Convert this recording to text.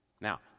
Now